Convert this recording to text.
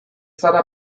zara